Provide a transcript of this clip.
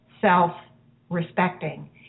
self-respecting